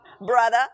Brother